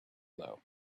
low